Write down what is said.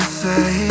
say